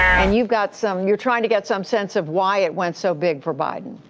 and you have got some you're trying to get some sense of why it went so big for biden.